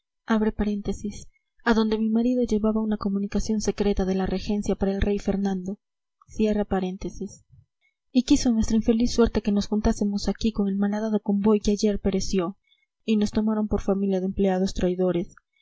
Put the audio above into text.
a francia adonde mi marido llevaba una comunicación secreta de la regencia para el rey fernando y quiso nuestra infeliz suerte que nos juntásemos aquí con el malhadado convoy que ayer pereció y nos tomaron por familia de empleados traidores